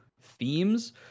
themes